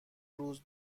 روز